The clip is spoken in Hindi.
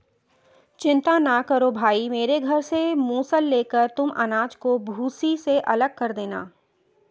चिंता ना करो भाई मेरे घर से मूसल लेकर तुम अनाज को भूसी से अलग कर लेना